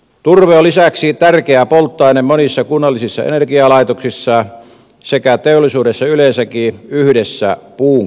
turve on lisäksi tärkeä polttoaine monissa kunnallisissa energialaitoksissa sekä teollisuudessa yleensäkin yhdessä puun kanssa